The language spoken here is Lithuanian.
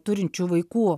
turinčių vaikų